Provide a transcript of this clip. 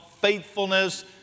faithfulness